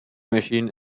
machine